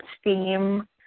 steam